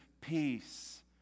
peace